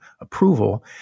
approval